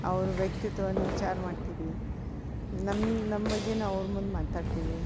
ಅವ್ರ ವ್ಯಕ್ತಿತ್ವವನ್ನು ವಿಚಾರ ಮಾಡ್ತೀವಿ ನಮ್ಮ ನಮ್ಮ ಬಗ್ಗೆ ನಾವು ಅವ್ರ ಮುಂದೆ ಮಾತಾಡ್ತೀವಿ